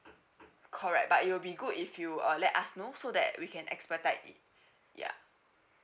correct but it will be good if you uh let us know so that we can expedite it ya